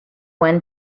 one